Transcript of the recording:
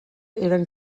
eren